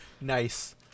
Nice